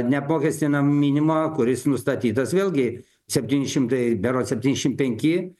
neapmokestinam minimumą kuris nustatytas vėlgi septyni šimtai berods septyniasšim penki